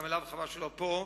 חבל שהוא לא פה,